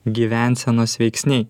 gyvensenos veiksniai